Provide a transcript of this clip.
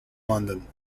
london